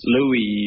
Louis